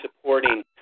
supporting